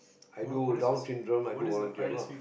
i do down syndrome i do volunteer lah